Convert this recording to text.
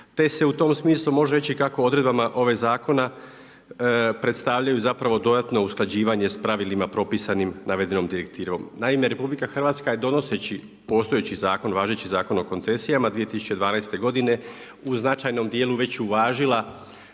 te se u tom smislu može reći kako odredbama ovog zakona, predstavljaju zapravo dodatno usklađivanja s pravilima propisanim navedenom direktivom. RH je donoseći postojeći zakon, važeći Zakon o koncesijama 2012. godine, u značajnom dijelu već uvažila